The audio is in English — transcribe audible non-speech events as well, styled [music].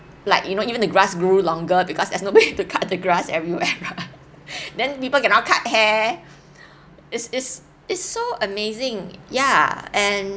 like you know even the grass grew longer because there's nobody [laughs] to cut the grass everywhere right [laughs] then people cannot cut hair it's it's it's so amazing yeah and